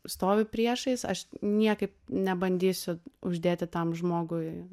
stovi priešais aš niekaip nebandysiu uždėti tam žmogui